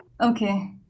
Okay